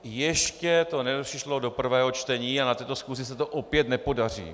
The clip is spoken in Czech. Ještě to nepřišlo do prvého čtení a na této schůzi se to opět nepodaří.